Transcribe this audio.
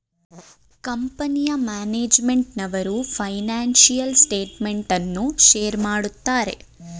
ಕಂಪನಿಯ ಮ್ಯಾನೇಜ್ಮೆಂಟ್ನವರು financial statement ಅನ್ನು ಶೇರ್ ಮಾಡುತ್ತಾರೆ